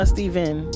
Stephen